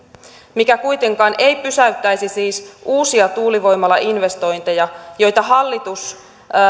mikä siis ei kuitenkaan pysäyttäisi uusia tuulivoimalainvestointeja joita hallitus